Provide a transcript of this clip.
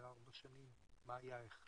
1 במארס זה חצי שנה מהיום.